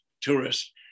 tourists